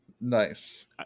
Nice